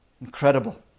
incredible